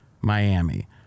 Miami